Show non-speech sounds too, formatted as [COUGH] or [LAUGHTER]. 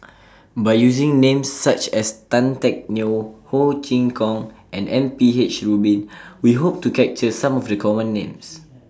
[NOISE] By using Names such as Tan Teck Neo Ho Chee Kong and M P H Rubin We Hope to capture Some of The Common Names